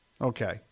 Okay